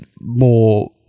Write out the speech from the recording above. more